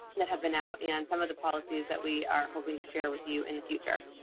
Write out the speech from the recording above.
that have been out and some of the policies that we are hoping to share with you in the future.